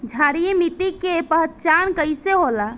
क्षारीय मिट्टी के पहचान कईसे होला?